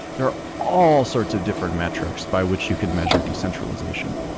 there all sorts of different metrics by which you can measure decentralization,